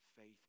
faith